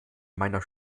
meiner